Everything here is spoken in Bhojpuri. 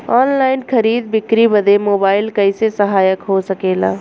ऑनलाइन खरीद बिक्री बदे मोबाइल कइसे सहायक हो सकेला?